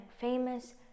famous